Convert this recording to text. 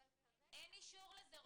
אבל --- רוני, אין אישור לזה.